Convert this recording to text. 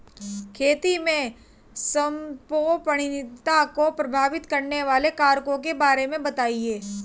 खेती में संपोषणीयता को प्रभावित करने वाले कारकों के बारे में बताइये